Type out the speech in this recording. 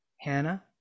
Hannah